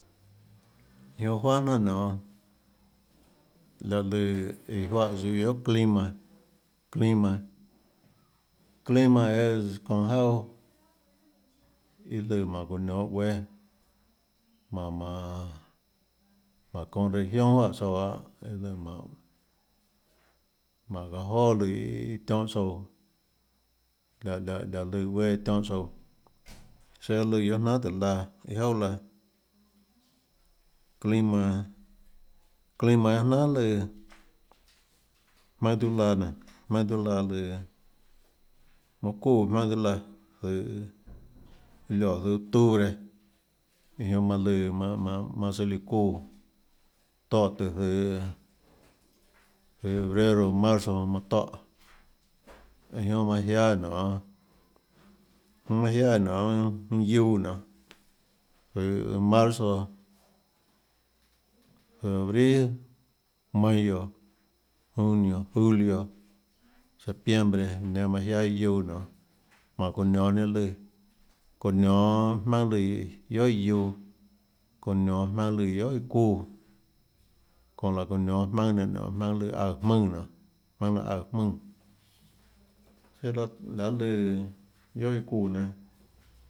Iã jonã juanhà jnanà láhã løã iã juáhã tsøã guiohà clima clima clima õâs çounã jauà iã lùã jmánhå çounã nionå guéâ jmánhå manã jmánhå çounã región juáhã tsouã lahâ iâ lùã jmánhå çaã joà lùã iâ tionhâ tsouã liáhã liáhã lùã guéâ iâ tionhâ tsouã søâ lùã guiónà jnanhà tùhå laã iâ jouà laã clima clima guionà jnanhà lùã jmaønâ tiuâ laã nénå jmaønâ tiuâ laã lùã manã çuúã jmaønâ tiuâ laã zøhå iâ lioè zøhå octubre iã jonã manã lùã manã manã manã søã líã çuúã tóhã tùhå zøhå zøhå febrero marzo manã tóhã iã joã manã jiáâ nionê manã jiáâ nionê iã guiuã nionê zøhå marzo zøh abril mayo junio julio septiembre nenã manã jiáâ iã guiuã nionê jmánhå çounã nionå nenã lùã çounã nionå jmaønâ lùã iã guiohà iã guiuã çounã nionå jmaønâ lùã iã çuúã çónhã laå çounã nionå jmaønâ nenã nionê jmaønâ lùã aøè jmùnã nionê maønâ lùã aøè jmùnã ziaã laã janê lùã guiohà iã çuúã nenã.